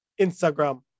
Instagram